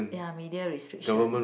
ya media restriction